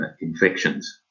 infections